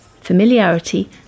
familiarity